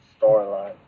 storyline